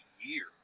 year